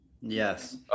yes